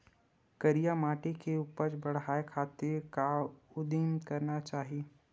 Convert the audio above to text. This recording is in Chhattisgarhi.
करिया माटी के उपज बढ़ाये खातिर का उदिम करना चाही?